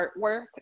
artwork